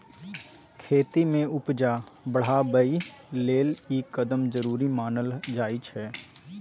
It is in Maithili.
खेती में उपजा बढ़ाबइ लेल ई कदम जरूरी मानल जाइ छै